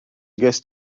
ges